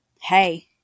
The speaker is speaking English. Hey